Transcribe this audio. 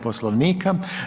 Poslovnika.